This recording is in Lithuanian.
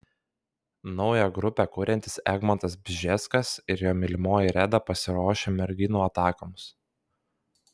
naują grupę kuriantis egmontas bžeskas ir jo mylimoji reda pasiruošę merginų atakoms